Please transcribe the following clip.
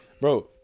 bro